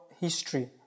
history